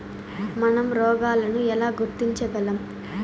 మనం రోగాలను ఎలా గుర్తించగలం?